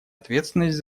ответственность